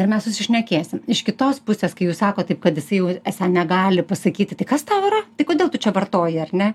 ir mes susišnekėsim iš kitos pusės kai jūs sakot taip kad jisai jau esą negali pasakyti tai kas tau yra tai kodėl tu čia vartoji ar ne